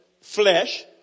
flesh